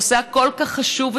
הנושא החשוב כל כך הזה,